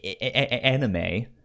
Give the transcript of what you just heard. anime